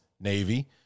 navy